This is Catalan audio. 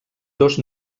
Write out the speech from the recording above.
dos